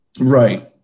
Right